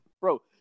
bro